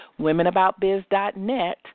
WomenAboutBiz.net